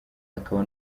akaba